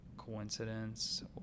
Coincidence